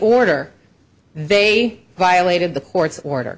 order they violated the court's order